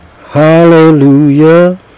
Hallelujah